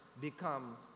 become